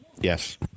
Yes